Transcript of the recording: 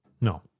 No